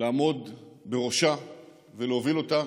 לעמוד בראשה ולהוביל אותה,